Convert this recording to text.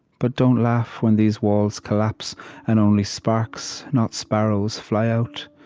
but don't laugh when these walls collapse and only sparks not sparrows fly out.